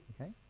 Okay